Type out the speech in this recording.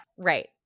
Right